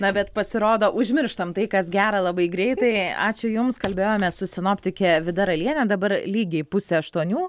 na bet pasirodo užmirštam tai kas gera labai greitai ačiū jums kalbėjomės su sinoptike vida raliene dabar lygiai pusė aštuonių